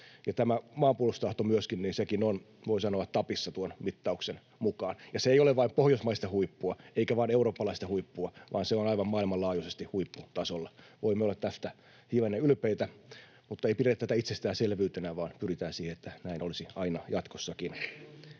tämä maanpuolustustahto myöskin on, voi sanoa, tapissa tuon mittauksen mukaan — ja se ei ole vain pohjoismaista huippua eikä vain eurooppalaista huippua, vaan se on aivan maailmanlaajuisesti huipputasolla. Voimme olla tästä hivenen ylpeitä, mutta ei pidetä tätä itsestäänselvyytenä vaan pyritään siihen, että näin olisi aina jatkossakin.